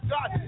God